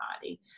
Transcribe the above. body